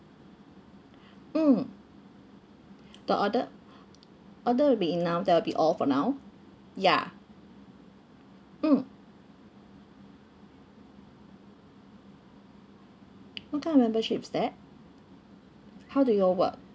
mm the order order will be enough that will be all for now ya mm what kind of membership is that how do it all work